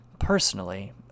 Personally